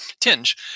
tinge